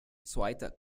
zweite